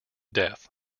death